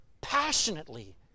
passionately